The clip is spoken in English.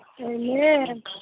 Amen